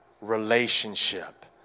relationship